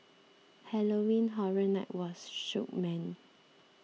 Halloween Horror Night was shook man